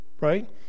right